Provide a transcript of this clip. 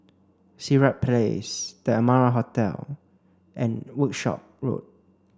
Sirat Place The Amara Hotel and Workshop Road